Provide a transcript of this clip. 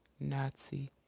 Nazi